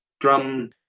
drum